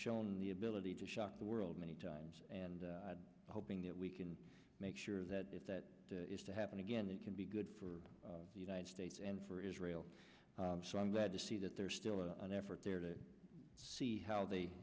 shown the ability to shock the world many times and hoping that we can make sure that if that is to happen again it can be good for the united states and for israel so i'm glad to see that there's still an effort there to see how they